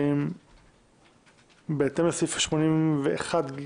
לפי סעיף 81(ג)